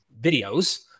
videos